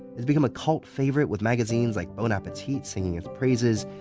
it's become a cult favorite, with magazines like bon appetit singing its praises